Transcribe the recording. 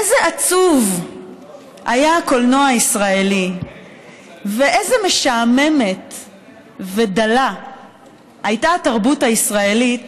איזה עצוב היה הקולנוע הישראלי ואיזו משעממת ודלה הייתה התרבות הישראלית